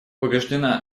убеждена